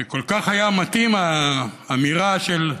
שכל כך היה מתאים, האמירה של: